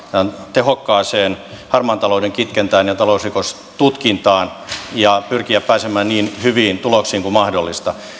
tehokkaaseen harmaan talouden kitkentään ja talousrikostutkintaan ja pyrimme pääsemään niin hyviin tuloksiin kuin mahdollista